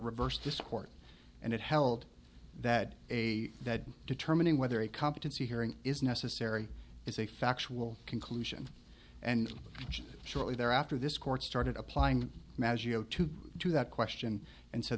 reversed this court and it held that a that determining whether a competency hearing is necessary is a factual conclusion and shortly thereafter this court started applying maggiolo to to that question and so